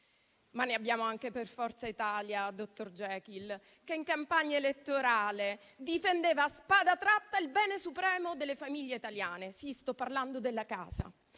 Ne abbiamo anche per Forza Italia-dottor Jekyll, che in campagna elettorale difendeva a spada tratta il bene supremo delle famiglie italiane. Sì, sto parlando della casa,